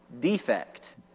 defect